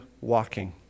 walking